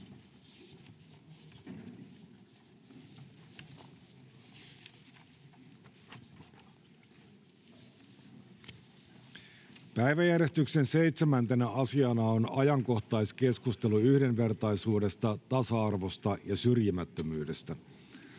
Päiväjärjestyksen 7. asiana on ajankohtaiskeskustelu yhdenvertaisuudesta, tasa-arvosta ja syrjimättömyydestä.